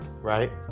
right